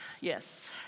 Yes